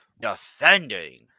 defending